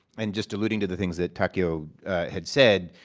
and just alluding to the things that takeo had said,